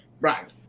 Right